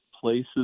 places